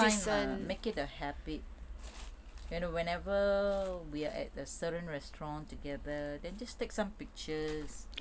next time err make it a habit whenever we're at the certain restaurant together then just take some pictures